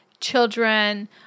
Children